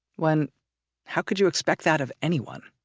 when how could you expect that of anyone?